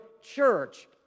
church